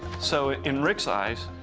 so in rick's eyes,